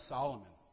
Solomon